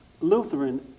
Lutheran